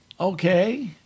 Okay